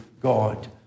God